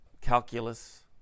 calculus